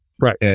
Right